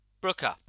Brooker